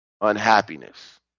unhappiness